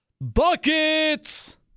Buckets